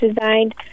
designed